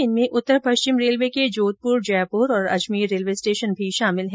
इसमें उत्तर पश्चिम रेलवे के जोधपुर जयपुर और अजमेर रेलवे स्टेशन शामिल है